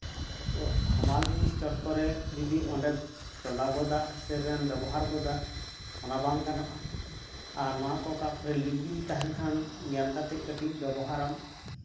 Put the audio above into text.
ᱦᱟᱢᱟᱞ ᱡᱤᱱᱤᱥ ᱪᱚᱴ ᱠᱚᱨᱮᱜ ᱡᱩᱫᱤ ᱚᱸᱰᱮ ᱪᱚᱸᱫᱟ ᱜᱚᱫᱟ ᱥᱮᱵᱮᱱ ᱵᱮᱵᱚᱦᱟᱨ ᱜᱚᱫᱟ ᱚᱱᱟ ᱵᱟᱝ ᱜᱟᱱᱚᱜᱼᱟ ᱱᱚᱣᱟᱠᱚ ᱚᱠᱟ ᱠᱚᱨᱮᱜ ᱞᱤᱠ ᱡᱩᱫᱤ ᱛᱟᱦᱮᱱ ᱠᱷᱟᱱ ᱧᱮᱞ ᱠᱟᱛᱮᱜ ᱠᱟᱹᱴᱤᱡ ᱵᱮᱵᱚᱦᱟᱨᱟᱢ